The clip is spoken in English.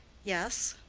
yes,